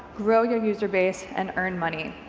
grow your user base and earn money,